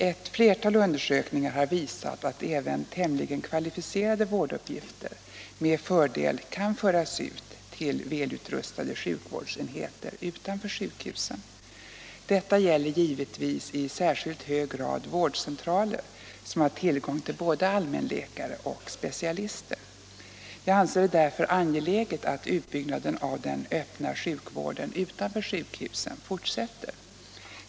Ett flertal undersökningar har visat att även tämligen kvalificerade vårduppgifter med fördel kan föras ut till välutrustade sjukvårdsenheter utanför sjukhusen. Detta gäller givetvis i särskilt hög grad vårdcentraler som har tillgång till både allmänläkare och specialister. Jag anser det därför angeläget att utbyggnaden av den öppna sjukvården utanför sjukhusen fortsätter.